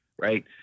right